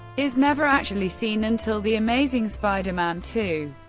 is never actually seen until the amazing spider-man two.